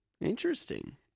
Interesting